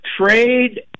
trade